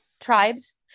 tribes